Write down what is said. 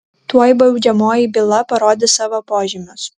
tuoj baudžiamoji byla parodys savo požymius